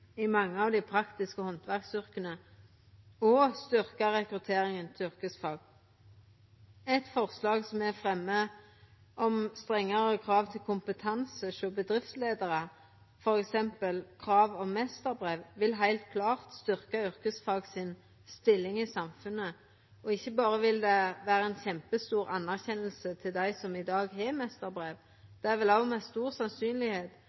i mange av dei praktiske handverksyrka og styrkja rekrutteringa til yrkesfag. Eit forslag me fremjar om strengare krav til kompetanse hjå bedriftsleiarar, f.eks. krav om meisterbrev, vil heilt klart styrkja stillinga til yrkesfaga i samfunnet. Ikkje berre vil det vera ei kjempestor verdsetjing av dei som allereie i dag har